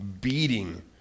beating